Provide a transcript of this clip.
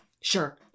sure